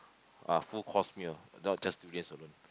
a full course meal not just the durians alone